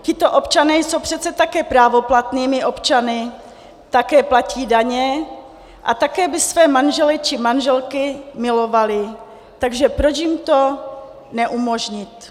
Tito občané jsou přece také právoplatnými občany, také platí daně a také by své manžele či manželky milovali, takže proč jim to neumožnit?